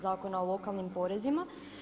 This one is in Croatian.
Zakona o lokalnim porezima.